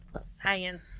Science